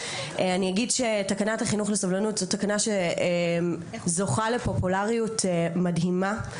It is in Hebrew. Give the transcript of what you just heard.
תקנת החינוך לסובלנות זו תקנה שזוכה לפופולריות מדהימה,